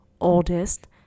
oldest